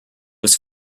was